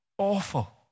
Awful